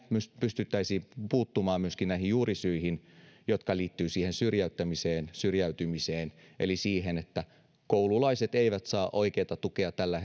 pystyttäisiin puuttumaan myöskin näihin juurisyihin jotka liittyvät siihen syrjäyttämiseen syrjäytymiseen eli siihen että koululaiset eivät saa oikeaa tukea tällä